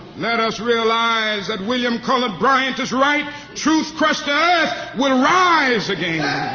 let us realize that william cullen bryant is right truth, crushed to earth, will rise again.